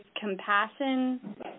compassion